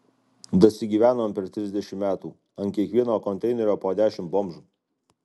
dasigyvenom per trisdešimt metų ant kiekvieno konteinerio po dešimt bomžų